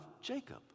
Jacob